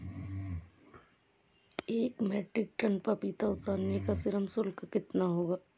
एक metric ton पपीता उतारने का श्रम शुल्क कितना होगा?